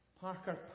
Parker